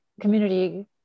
Community